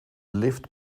lift